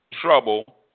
trouble